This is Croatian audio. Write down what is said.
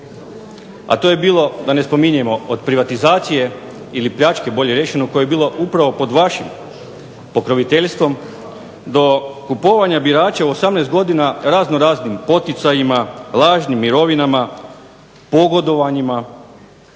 a to je bilo, da ne spominjemo od privatizacije ili pljačke, bolje rečeno, koja je bila upravo pod vašim pokroviteljstvom do kupovanja birača u 18 godina raznoraznim poticajima, lažnim mirovinama, pogodovanjima.